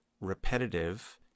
repetitive